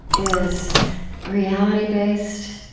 is reality-based.